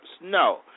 No